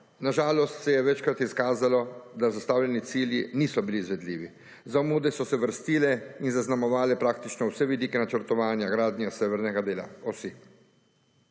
Na žalost se je večkrat izkazalo, da zastavljeni cilji niso bili izvedljivi. Zamude so se vrstile in zaznamovale praktično vse vidike načrtovanja gradnje severnega dela osi.